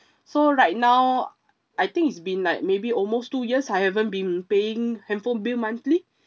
so right now I think it's been like maybe almost two years I haven't been paying handphone bill monthly